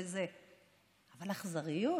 אבל אכזריות?